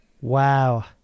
Wow